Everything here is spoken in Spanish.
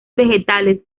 vegetales